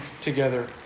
together